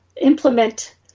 implement